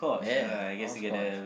yeah hopscotch